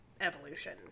evolution